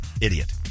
Idiot